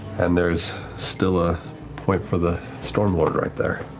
and there's still a point for the stormlord right there,